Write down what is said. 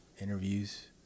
interviews